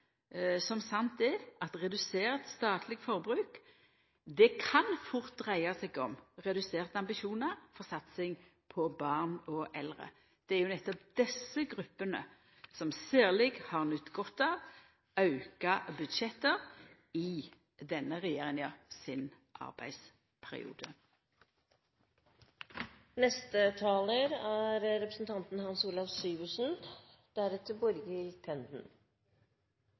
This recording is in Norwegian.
som sant er – at redusert statleg forbruk fort kan dreia seg om reduserte ambisjonar for satsing på barn og eldre. Det er nettopp desse gruppene som særleg har nytt godt av auka budsjett i denne regjeringa sin